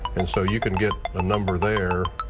and so you can get a number there,